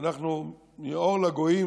ומאור לגויים